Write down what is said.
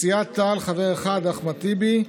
סיעת תע"ל, חבר אחד: אחמד טיבי.